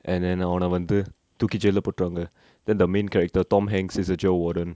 and then அவன வந்து தூக்கி:avana vanthu thooki jail lah போட்ருவாங்க:potruvanga then the main character tom hanks is a jail warden